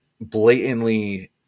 blatantly